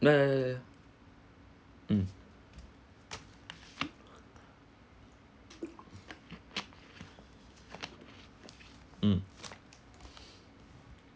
ya ya ya ya mm mm